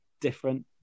Different